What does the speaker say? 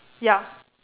yup